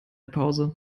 pause